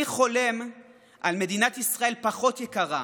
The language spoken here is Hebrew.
אני חולם על מדינת ישראל פחות יקרה,